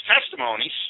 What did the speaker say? testimonies